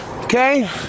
Okay